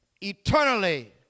eternally